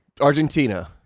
Argentina